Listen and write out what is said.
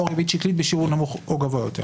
או ריבית שקלית בשיעור נמוך או גבוה יותר.